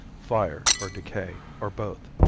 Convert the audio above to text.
fire or decay, or both.